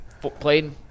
played